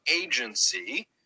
agency